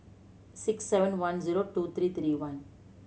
six seven one zero two three three one